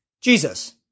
Jesus